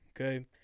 Okay